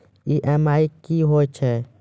EMI कि होय छै?